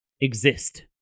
exist